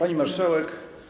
Pani Marszałek!